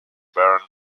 bernd